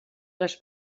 les